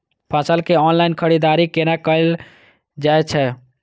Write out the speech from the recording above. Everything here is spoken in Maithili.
फसल के ऑनलाइन खरीददारी केना कायल जाय छै?